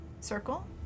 circle